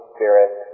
Spirit